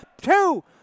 two